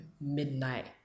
midnight